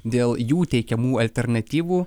dėl jų teikiamų alternatyvų